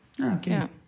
Okay